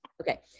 Okay